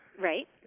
Right